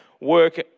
work